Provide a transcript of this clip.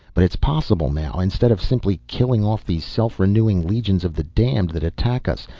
but it's possible now. instead of simply killing off these self-renewing legions of the damned that attack us,